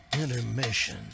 Intermission